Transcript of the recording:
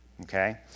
okay